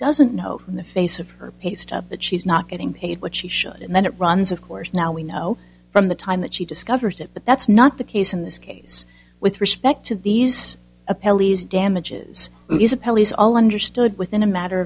doesn't know in the face of her paystub that she's not getting paid what she should and then it runs of course now we know from the time that she discovers it but that's not the case in this case with respect to these a pelleas damages is a pelleas all understood within a matter